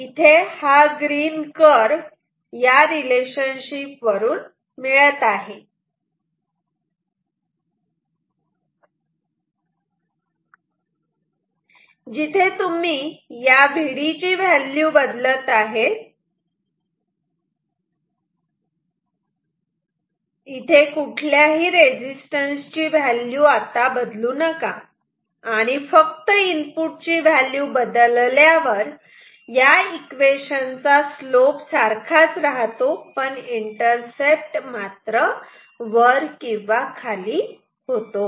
इथे हा green curve या रिलेशनशिप वरून मिळत आहे जिथे तुम्ही या Vd ची व्हॅल्यू बदलत आहेत कुठल्याही रेझिस्टन्स ची व्हॅल्यू बदलू नका आणि फक्त इनपुट ची व्हॅल्यू बदलल्यावर या इक्वेशन चा स्लोप सारखाच राहतो पण इंटरसेप्ट मात्र वर किंवा खाली होतो